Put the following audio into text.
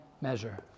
measure